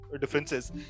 differences